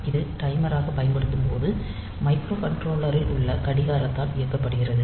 இது டைமராகப் பயன்படுத்தப்படும்போது மைக்ரோகண்ட்ரோலரில் உள்ள கடிகாரத்தால் இயக்கப்படுகிறது